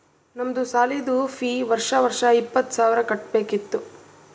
ನಮ್ದು ಸಾಲಿದು ಫೀ ವರ್ಷಾ ವರ್ಷಾ ಇಪ್ಪತ್ತ ಸಾವಿರ್ ಕಟ್ಬೇಕ ಇತ್ತು